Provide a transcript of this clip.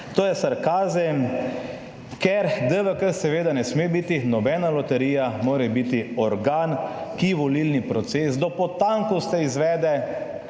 To je sarkazem, ker DVK seveda ne sme biti nobena loterija, mora biti organ, ki volilni proces do potankosti izvede,